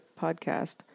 podcast